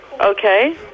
Okay